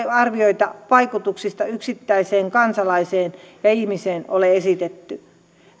arvioita vaikutuksista yksittäiseen kansalaiseen ja ihmiseen ole esitetty